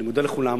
אני מודה לכולם.